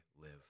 live